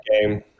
game